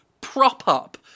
prop-up